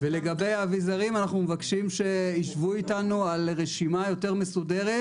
לגבי האביזרים אנחנו מבקשים שישבו איתנו על רשימה יותר מסודרת,